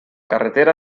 carretera